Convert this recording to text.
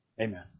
Amen